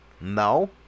No